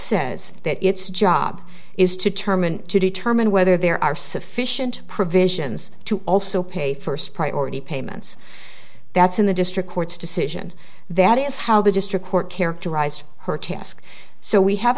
says that its job is to determine to determine whether there are sufficient provisions to also pay first priority payments that's in the district court's decision that is how the district court characterized her task so we have